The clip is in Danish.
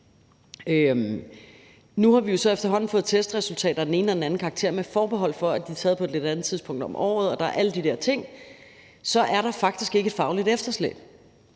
af den ene og den anden karakter – med forbehold for at de er taget på et lidt andet tidspunkt af året, og der er alle de der ting – og der er faktisk ikke et fagligt efterslæb.